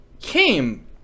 Came